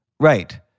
Right